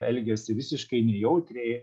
elgiasi visiškai nejautriai